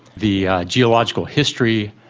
the geological history,